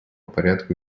порядку